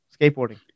skateboarding